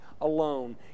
alone